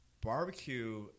Barbecue